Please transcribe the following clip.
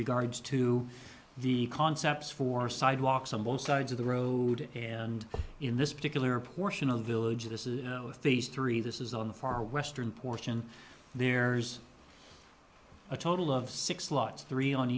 regards to the concepts for sidewalks on both sides of the road and in this particular portion of village this is you know if these three this is on the far western portion there are a total of six slots three on